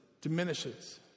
diminishes